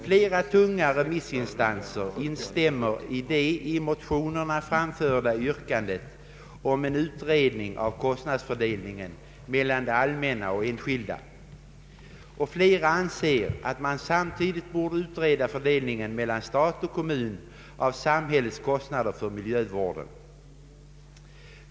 Flera tunga remissinstanser instämmer i det i motionerna framförda yrkandet om en utredning av kostnadsfördelning mellan det allmänna och enskilda, och flera anser att man samtidigt borde utreda fördelning mellan stat och kommun av samhällets kostnader för miljövården.